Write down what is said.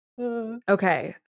okay